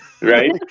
Right